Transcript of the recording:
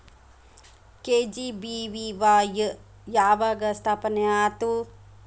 KGBVY ಯಾವಾಗ ಸ್ಥಾಪನೆ ಆತು?